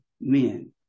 men